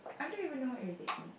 I don't even know it irritate me